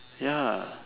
ya